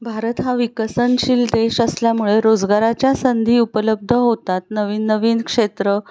भारत हा विकसनशील देश असल्यामुळे रोजगाराच्या संधी उपलब्ध होतात नवीन नवीन क्षेत्र